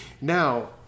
Now